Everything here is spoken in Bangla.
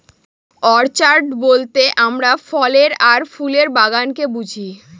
অর্চাড বলতে আমরা ফলের আর ফুলের বাগানকে বুঝি